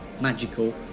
magical